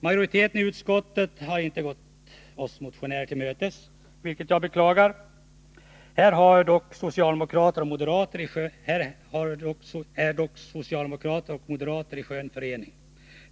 Majoriteten i utskottet har inte gått oss motionärer till mötes, vilket jag beklagar. Här är socialdemokrater och moderater i skön förening.